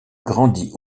grandit